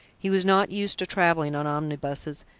he was not used to travelling on omnibuses,